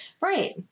Right